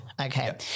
Okay